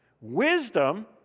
wisdom